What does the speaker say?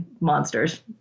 monsters